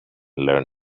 learn